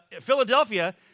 Philadelphia